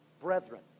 Brethren